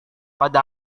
pada